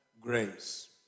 grace